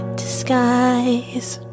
disguise